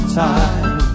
time